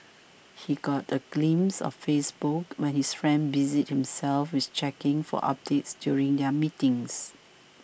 he got a glimpse of Facebook when his friend busied himself with checking for updates during their meeting